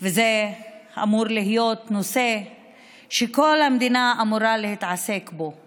זה אמור להיות נושא שכל המדינה אמורה להתעסק בו.